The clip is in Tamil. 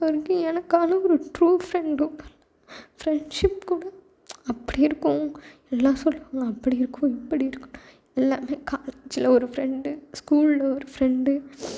அதுவரைக்கும் எனக்கான ஒரு ட்ரு ஃப்ரெண்டும் ஃப்ரெண்ஷிப் கூட அப்படி இருக்கும் எல்லா சொல்வாங்க அப்படி இருக்கும் இப்படி இருக்கும்னு எல்லாம் காலேஜில் ஒரு ஃப்ரெண்டு ஸ்கூலில் ஒரு ஃப்ரெண்டு